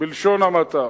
בלשון המעטה.